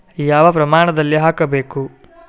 ಯಾವ ಪ್ರಮಾಣದಲ್ಲಿ ಹಾಕಬೇಕು?